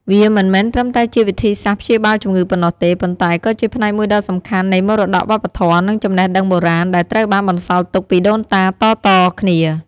វាមិនមែនត្រឹមតែជាវិធីសាស្ត្រព្យាបាលជំងឺប៉ុណ្ណោះទេ ប៉ុន្តែក៏ជាផ្នែកមួយដ៏សំខាន់នៃ មរតកវប្បធម៌ និងចំណេះដឹងបុរាណ ដែលត្រូវបានបន្សល់ទុកពីដូនតាតៗគ្នា។